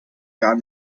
gar